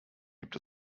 gibt